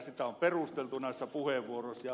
sitä on perusteltu näissä puheenvuoroissa